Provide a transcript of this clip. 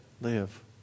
live